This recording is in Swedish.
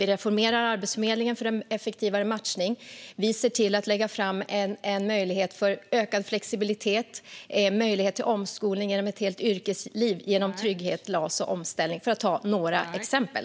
Vi reformerar Arbetsförmedlingen för en effektivare matchning och lägger fram förslag för ökad flexibilitet och möjlighet till omskolning genom ett helt yrkesliv genom trygghet, LAS och omställning - för att ta några exempel.